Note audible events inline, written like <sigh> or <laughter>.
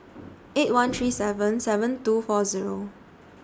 <noise> eight one <noise> three seven seven two four Zero